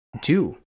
two